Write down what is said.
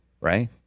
Right